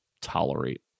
tolerate